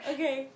Okay